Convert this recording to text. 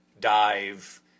dive